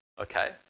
Okay